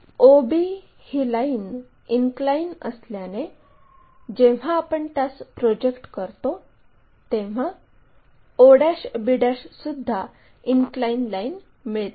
o b ही line incline असल्याने जेव्हा आपण त्यास प्रोजेक्ट करतो तेव्हा o b सुद्धा इनक्लाइन लाईन मिळते